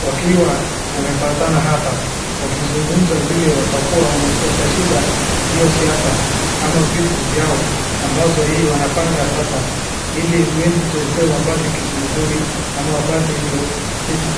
wakiwa wamepatana hapa wakizungumza vile waikwa watashinda hiyo siasa ama vitu vyao amzo hii wanapanga sasa, ili 2027 wapate kitu mzuri ama wapate hiyo cheti.